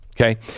Okay